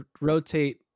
rotate